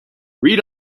read